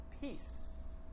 peace